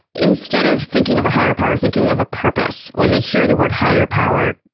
instead of thinking of a higher power thinking of a purpose. when they hear the word higher power,